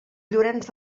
llorenç